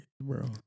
bro